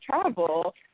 travel